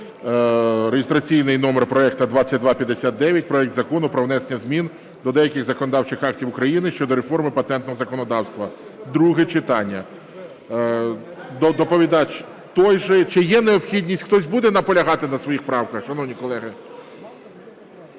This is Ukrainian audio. Реєстраційний номер проекту 2259. Проект Закону про внесення змін до деяких законодавчих актів України (щодо реформи патентного законодавства) (друге читання). Доповідач той же. Чи є необхідність, хтось буде наполягати на своїх правках, шановні колеги?